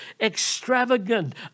extravagant